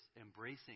Embracing